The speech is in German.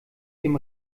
dem